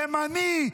ימני,